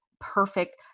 perfect